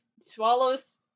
swallows